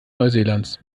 neuseelands